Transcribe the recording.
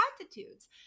attitudes